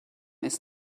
ist